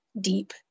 deep